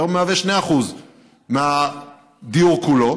והיום מהווה 2% מהדיור כולו.